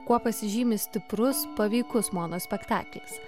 kuo pasižymi stiprus paveikus monospektaklis